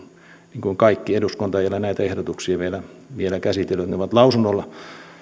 niin kuin kaikki eduskunta ei ole näitä ehdotuksia vielä vielä käsitellyt ne ovat lausunnolla